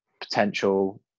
potential